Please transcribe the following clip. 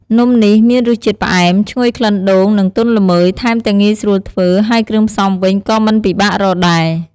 នំនេះមានរសជាតិផ្អែម ឈ្ងុយក្លិនដូង និងទន់ល្មើយ ថែមទាំងងាយស្រួលធ្វើ ហើយគ្រឿងផ្សំវិញក៏មិនពិបាករកដែរ។